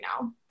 now